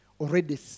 already